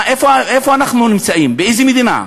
איפה אנחנו נמצאים, באיזו מדינה?